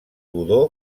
godó